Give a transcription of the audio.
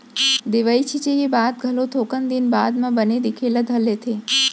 दवई छींचे के बाद घलो थोकन दिन बाद म बन दिखे ल धर लेथे